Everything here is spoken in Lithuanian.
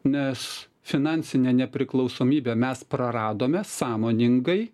nes finansinę nepriklausomybę mes praradome sąmoningai